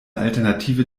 alternative